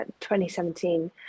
2017